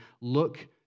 look